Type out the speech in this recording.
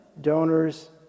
donors